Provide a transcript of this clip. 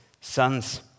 sons